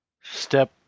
step